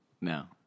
No